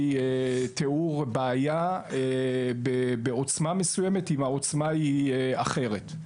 תיאור של בעיה בעוצמה מסוימת אם העוצמה היא אחרת.